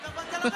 אתה באת לנגב.